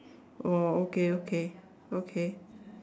oh okay okay okay